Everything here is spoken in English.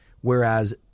Whereas